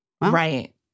Right